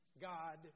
God